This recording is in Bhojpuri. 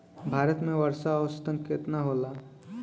भारत में वर्षा औसतन केतना होला?